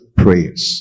prayers